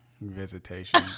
Visitation